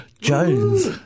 Jones